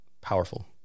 Powerful